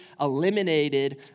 eliminated